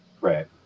Right